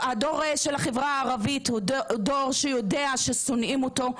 הוא דור שיודע ששונאים אותו.